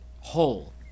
whole